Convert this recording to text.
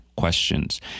questions